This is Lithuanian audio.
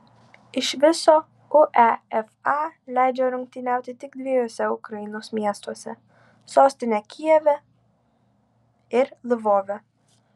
iš viso uefa leidžia rungtyniauti tik dviejuose ukrainos miestuose sostinėje kijeve ir lvove